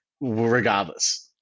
regardless